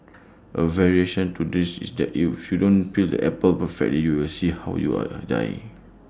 A variation to this is that if you don't peel the apple perfectly you will see how you are die